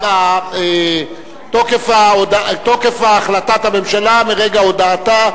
תוקף החלטת הממשלה מרגע הודעתה.